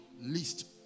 list